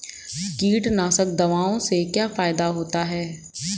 कीटनाशक दवाओं से क्या फायदा होता है?